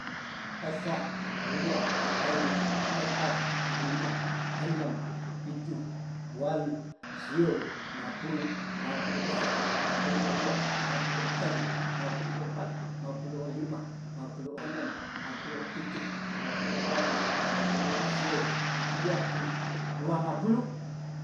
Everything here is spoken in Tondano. Esa, rua, telu, epat, lima, enem, pitu, walu, siou, mapulu, mapulu esa, mapulu erua, mapulu etelu, mapulu opat, mapulu olima, mapulu onem, mapulu opitu, mapulu owalu, mapulu esiou, dua puluh duanga pulu.